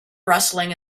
rustling